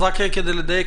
רק כדי לדייק,